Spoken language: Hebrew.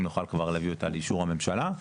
נוכל כבר להביא אותה לאישור הממשלה.